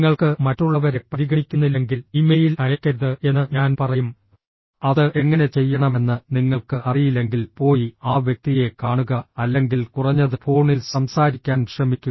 നിങ്ങൾക്ക് മറ്റുള്ളവരെ പരിഗണിക്കുന്നില്ലെങ്കിൽ ഇമെയിൽ അയയ്ക്കരുത് എന്ന് ഞാൻ പറയും അത് എങ്ങനെ ചെയ്യണമെന്ന് നിങ്ങൾക്ക് അറിയില്ലെങ്കിൽ പോയി ആ വ്യക്തിയെ കാണുക അല്ലെങ്കിൽ കുറഞ്ഞത് ഫോണിൽ സംസാരിക്കാൻ ശ്രമിക്കുക